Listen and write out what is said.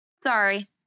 Sorry